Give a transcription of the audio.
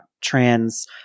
trans